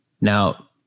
Now